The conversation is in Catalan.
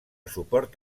suport